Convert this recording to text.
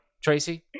Tracy